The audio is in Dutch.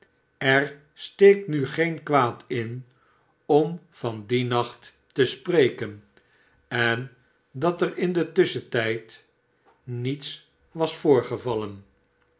er steekt nu geen kwaad m pm van dien nacht te spreken en dat er in den tusschentijd niets was voorgevallen